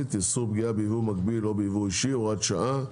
(איסור פגיעה ביבוא מקביל או ביבוא אישי) (הוראת שעה),